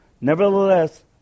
Nevertheless